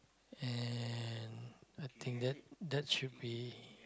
and I think that that should be